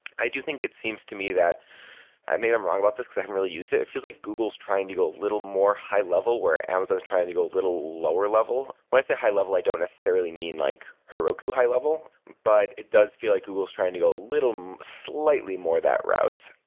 i do think it seems to me that maybe i'm wrong about this, because i don't really use it. it feels like google is trying to go a little more high level where amazon is trying to go a little lower level. when i say high level i don't necessarily mean like heroku high level, but it does feel like google is trying to go a little um slightly more that route.